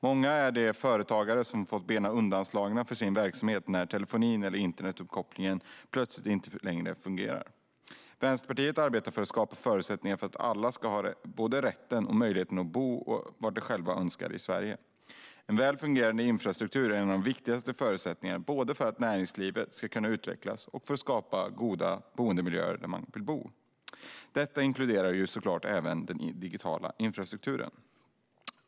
Många är de företagare som har fått benen undanslagna för sin verksamhet när telefonin eller internetuppkopplingen plötsligt inte längre fungerar. Vänsterpartiet arbetar för att skapa förutsättningar för att alla ska ha både rätten och möjligheten att bo där de själva önskar i Sverige. En väl fungerande infrastruktur är en av de viktigaste förutsättningarna både för att näringslivet ska kunna utvecklas och för att det ska gå att skapa goda boendemiljöer där människor vill bo. Detta inkluderar självklart även den digitala infrastrukturen.